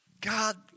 God